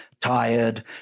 tired